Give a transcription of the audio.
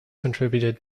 contributed